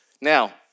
Now